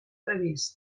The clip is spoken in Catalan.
previst